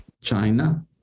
China